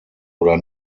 oder